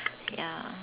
ya